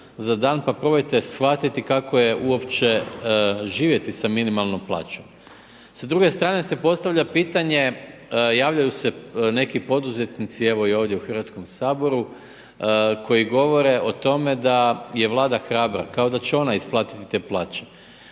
za dan, pa probajte shvatiti kako je uopće živjeti sa minimalnom plaćom. Sa druge strane se postavlja pitanje, javljaju se neki poduzetnici, evo i ovdje u Hrvatskom saboru koji govore o tome da je Vlada hrabra, kao da će ona isplatiti te plaće.